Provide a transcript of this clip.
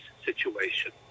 situation